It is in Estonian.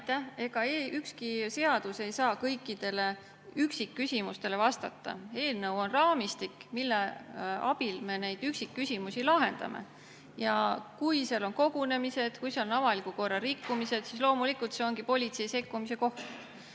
Ega ükski seadus ei saa kõikidele üksikküsimustele vastata. Eelnõu on raamistik, mille abil me üksikküsimusi lahendame. Kui seal on kogunemised, kui seal on avaliku korra rikkumised, siis loomulikult see ongi politsei sekkumise koht.